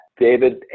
David